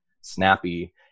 snappy